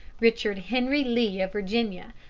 richard henry lee, of virginia,